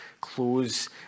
close